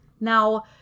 now